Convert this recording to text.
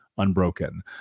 Unbroken